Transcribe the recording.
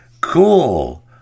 cool